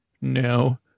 No